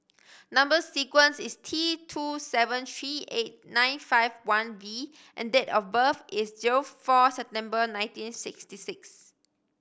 number sequence is T two seven three eight nine five one V and date of birth is zero four September nineteen sixty six